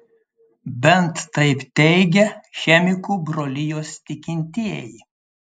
bent taip teigia chemikų brolijos tikintieji